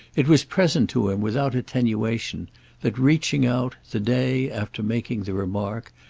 it was present to him without attenuation that, reaching out, the day after making the remark,